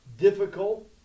difficult